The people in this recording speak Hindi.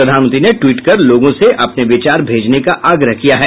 प्रधानमंत्री ने ट्वीट कर लोगों से अपने विचार भेजने का आग्रह किया है